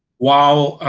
while